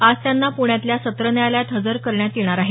आज त्यांना पुण्यातल्या सत्र न्यायालयात हजर करण्यात येणार आहे